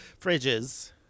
fridges